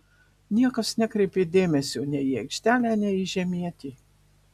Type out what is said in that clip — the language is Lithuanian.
niekas nekreipė dėmesio nei į aikštelę nei į žemietį